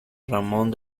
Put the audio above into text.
ramón